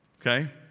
okay